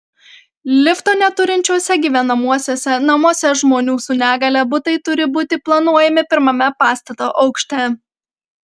lifto neturinčiuose gyvenamuosiuose namuose žmonių su negalia butai turi būti planuojami pirmame pastato aukšte